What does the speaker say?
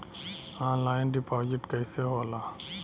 Online deposit कैसे होला?